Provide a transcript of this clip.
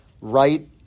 right